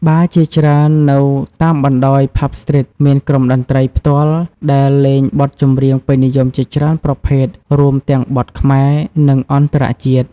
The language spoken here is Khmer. បារជាច្រើននៅតាមបណ្ដោយ ផាប់ ស្ទ្រីត មានក្រុមតន្ត្រីផ្ទាល់ ដែលលេងបទចម្រៀងពេញនិយមជាច្រើនប្រភេទ រួមទាំងបទខ្មែរ និងអន្តរជាតិ។